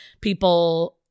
people